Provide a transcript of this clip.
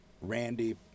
Randy